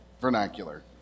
vernacular